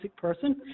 person